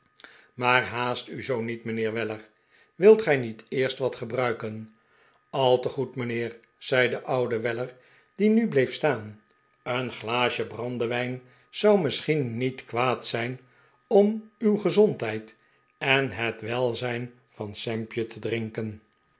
maar haast u zoo niet mijnheer weller wilt gij niet eerst wat gebruiken a te goed mijnheer zei de oude weller die nu bleef staan een glaasje brandewijn zou misschien niet kwaad zijn om uw gezondheid en het welzijn van sampje te drinken